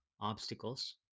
obstacles